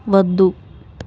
వద్దు